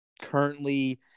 currently